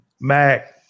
Mac